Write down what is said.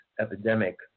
epidemic